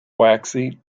waxy